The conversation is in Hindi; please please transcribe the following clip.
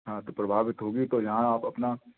हाँ तो प्रभावित होगी तो यहाँ आप अपना